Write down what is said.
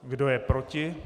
Kdo je proti?